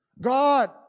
God